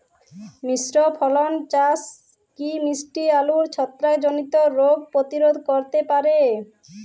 মিশ্র ফসল চাষ কি মিষ্টি আলুর ছত্রাকজনিত রোগ প্রতিরোধ করতে পারে?